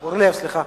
אורלב, סליחה.